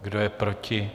Kdo je proti?